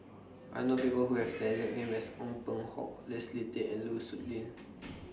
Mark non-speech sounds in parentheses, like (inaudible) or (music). I know People Who Have The exact name as Ong Peng Hock Leslie Tay and Lu Suitin (noise)